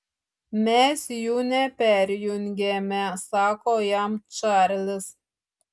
mes jų neperjungiame sako jam čarlis